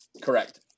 Correct